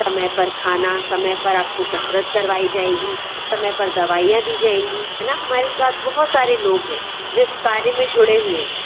समय पर खाना समय पर आपको कसरत करवाई जाएगी समय पर दवाइयाँ दी जाएँगी है ना हमारे पास बहुत सारे लोग हैं जो इस कार्य में जुड़े हुए हैं